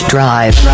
Drive